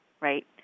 right